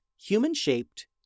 human-shaped